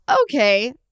okay